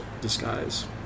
disguise